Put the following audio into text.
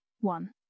one